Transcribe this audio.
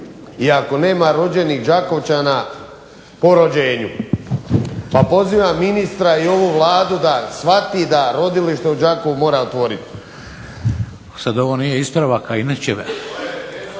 ako nema rođenih Đakovčana po rođenju. Pa pozivam ministra i ovu Vladu da shvati da rodilište u Đakovu mora otvoriti. **Šeks, Vladimir